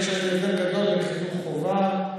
יש הבדל גדול אם החינוך הוא חובה,